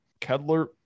Kedler